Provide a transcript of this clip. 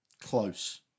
close